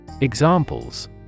Examples